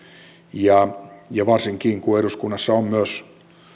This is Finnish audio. varsinkin kun eduskunnassa on myös